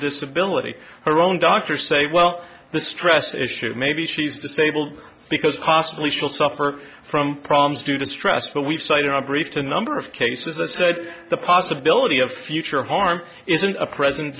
disability her own doctor say well the stress issue maybe she's disabled because possibly still suffer from problems due to stress but we've cited i briefed a number of cases that said the possibility of future harm isn't a presen